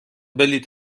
بلیط